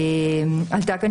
עלתה כאן